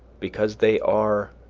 because they are,